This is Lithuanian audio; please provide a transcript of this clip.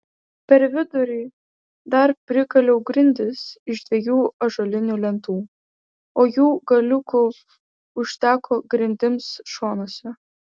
per vidurį dar prikaliau grindis iš dviejų ąžuolinių lentų o jų galiukų užteko grindims šonuose